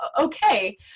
okay